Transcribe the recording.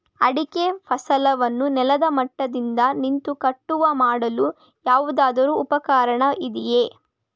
ಅಡಿಕೆ ಫಸಲನ್ನು ನೆಲದ ಮಟ್ಟದಿಂದ ನಿಂತು ಕಟಾವು ಮಾಡಲು ಯಾವುದಾದರು ಉಪಕರಣ ಇದೆಯಾ?